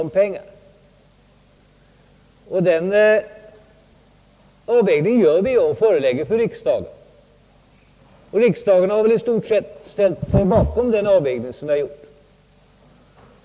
Vi gör en avvägning som vi förelägger riksdagen, och riksdagen har väl i stort sett ställt sig bakom den avvägning som gjorts.